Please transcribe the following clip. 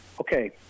Okay